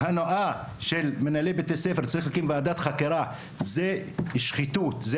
ההונאה של מנהלי בית הספר היא שחיתות וצריך להקים על כך ועדת חקירה.